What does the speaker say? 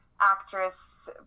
actress